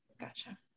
Gotcha